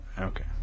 Okay